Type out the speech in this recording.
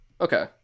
Okay